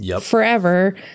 forever